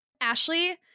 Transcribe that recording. Ashley